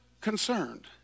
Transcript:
concerned